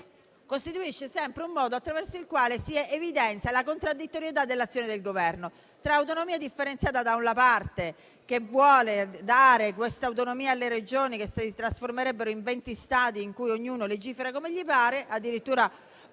costituisce un modo attraverso il quale si evidenzia la contraddittorietà dell'azione del Governo, tra autonomia differenziata da una parte, che vuole dare autonomia alle Regioni, le quali si trasformerebbero in venti stati in cui ognuno legifera come gli pare (addirittura